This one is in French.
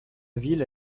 ville